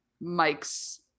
Mike's